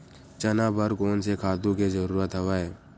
चना बर कोन से खातु के जरूरत हवय?